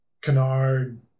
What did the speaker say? canard